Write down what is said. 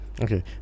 Okay